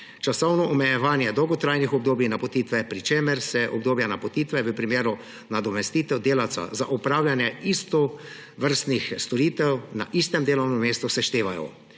časovno omejevanje dolgotrajnih obdobij napotitve, pri čemer se obdobja napotitev v primeru nadomestitev delavcev za opravljanja istovrstnih storitev na istem delovnem mestu seštevajo;